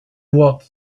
walk